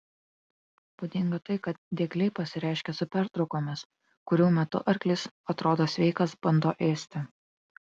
būdinga tai kad diegliai pasireiškia su pertraukomis kurių metu arklys atrodo sveikas bando ėsti